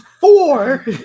four